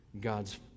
God's